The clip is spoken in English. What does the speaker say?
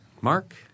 Mark